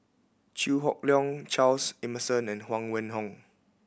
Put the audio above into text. Chew Hock Leong Charles Emmerson and Huang Wenhong